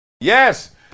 Yes